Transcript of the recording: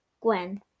Gwen